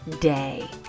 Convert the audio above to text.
day